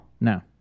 No